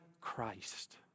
Christ